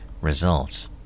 results